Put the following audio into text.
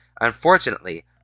Unfortunately